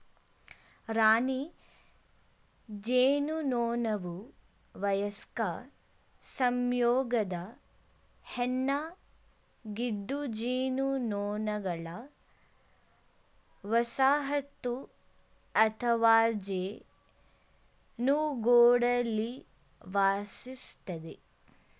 ರಾಣಿ ಜೇನುನೊಣವುವಯಸ್ಕ ಸಂಯೋಗದ ಹೆಣ್ಣಾಗಿದ್ದುಜೇನುನೊಣಗಳವಸಾಹತುಅಥವಾಜೇನುಗೂಡಲ್ಲಿವಾಸಿಸ್ತದೆ